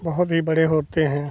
बहुत ही बड़े होते हैं